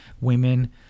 Women